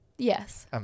Yes